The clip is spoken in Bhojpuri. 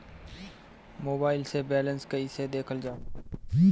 मोबाइल से बैलेंस कइसे देखल जाला?